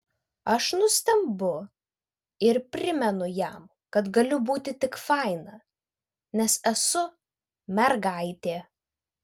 aš nustembu ir primenu jam kad galiu būti tik faina nes esu mergaitė